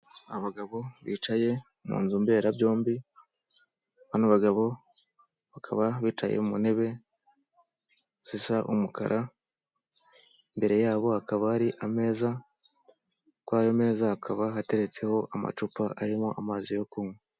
Abagabo bicaye mu nzu mberabyombi, bano bagabo bakaba bicaye mu ntebe zisa umukara, imbere yabo hakaba hari ameza kw'ayo meza hakaba hateretseho amacupa arimo amazi yo kunywa.